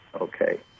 okay